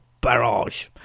Barrage